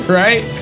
right